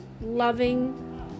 loving